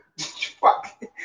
fuck